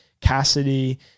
Cassidy